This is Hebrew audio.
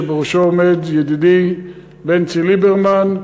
שבראשה עומד ידידי בנצי ליברמן,